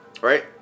right